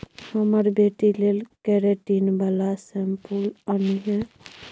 हमर बेटी लेल केरेटिन बला शैंम्पुल आनिहे